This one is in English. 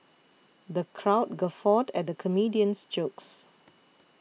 the crowd guffawed at the comedian's jokes